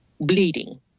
bleeding